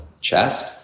chest